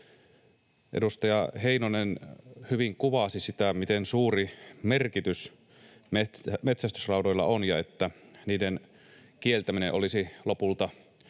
Edustaja Heinonen hyvin kuvasi sitä, miten suuri merkitys metsästysraudoilla on, ja että niiden kieltäminen olisi lopulta